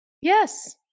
Yes